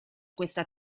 questa